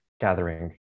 gathering